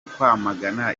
kwamagana